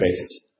basis